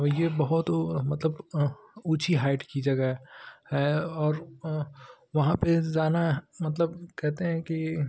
और यह बहुत वह मतलब ऊँची हाइट की जगह है और वहाँ पर जाना मतलब कहते हैं कि